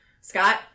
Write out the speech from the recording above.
Scott